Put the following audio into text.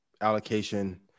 allocation